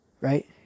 right